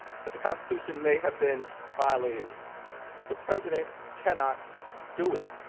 that the constitution may have been violated the president cannot do it